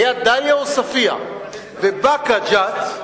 היתה דאליה עוספיא ובאקה ג'ת,